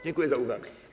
Dziękuję za uwagę.